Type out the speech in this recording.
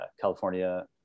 california